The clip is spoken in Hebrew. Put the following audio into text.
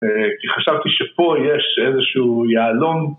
כי חשבתי שפה יש איזשהו יהלום